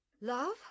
love